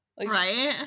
Right